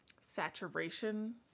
saturation